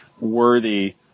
worthy